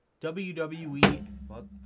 WWE